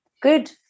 good